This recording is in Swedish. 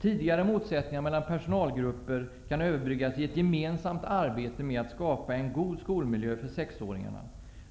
Tidigare motsättningar mellan personalgrupper kan överbryggas i ett gemensamt arbete med att skapa en god skolmiljö för sexåringarna.